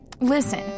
Listen